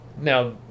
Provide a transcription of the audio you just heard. Now